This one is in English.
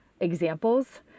examples